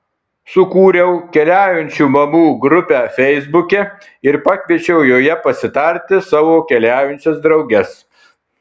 sukūriau keliaujančių mamų grupę feisbuke ir pakviečiau joje pasitarti savo keliaujančias drauges